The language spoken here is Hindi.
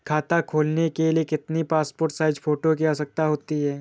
खाता खोलना के लिए कितनी पासपोर्ट साइज फोटो की आवश्यकता होती है?